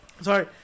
sorry